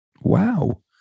Wow